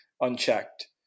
unchecked